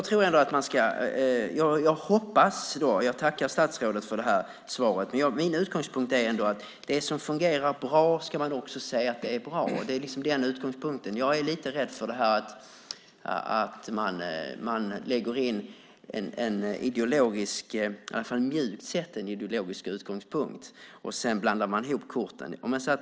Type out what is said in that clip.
Fru talman! Jag tackar statsrådet för svaret. Men min utgångspunkt är ändå att det som fungerar bra ska man också se att det är bra. Det är utgångspunkten. Jag är lite rädd för att man lägger in en ideologisk utgångspunkt, i alla fall mjukt sett, och sedan blandar ihop korten.